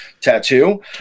tattoo